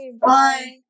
bye